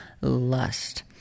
lust